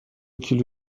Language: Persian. کیلو